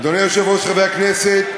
אדוני היושב-ראש, חברי הכנסת,